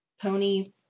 pony